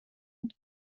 had